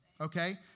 okay